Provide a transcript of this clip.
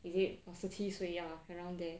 is it or 十七 ya around there